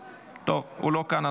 טוב, הוא לא כאן.